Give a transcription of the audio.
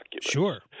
Sure